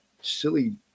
silly